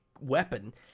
weapon